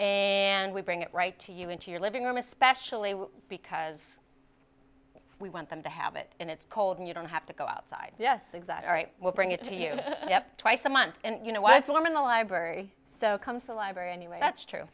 and we'll bring it right to you into your living room especially because we want them to have it and it's cold and you don't have to go outside yes exactly right we'll bring it to you twice a month and you know when it's warm in the library so comes the library anyway that's true